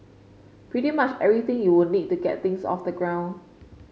pretty much everything you will need to get things off the ground